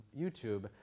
YouTube